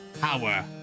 power